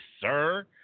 sir